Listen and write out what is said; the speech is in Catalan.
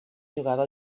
jugava